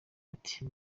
ati